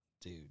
Dude